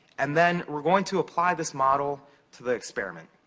and then, we're going to apply this model to the experiment.